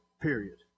Period